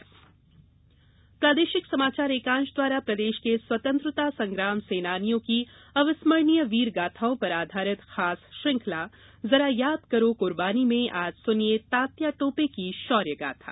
जरा याद करो कुर्बानी प्रादेशिक समाचार एकांश द्वारा प्रदेश के स्वतंत्रता संग्राम सेनानियों की अविस्मर्णीय वीर गाथाओं पर आधारित खास श्रृंखला जरा याद करो कुर्बानी में आज सुनिये तात्या टोपे की शौर्य गाथा